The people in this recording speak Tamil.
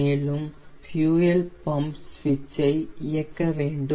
மேலும் ஃபியூயெல் பம்ப் சுவிட்ச் ஐ இயக்க வேண்டும்